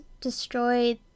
destroyed